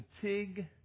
fatigue